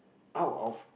out of